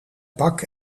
pak